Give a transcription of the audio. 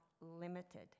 limited